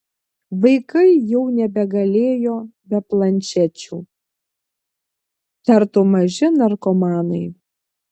vaikai jau nebegalėjo be planšečių tartum maži narkomanai